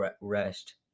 rest